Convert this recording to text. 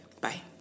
Bye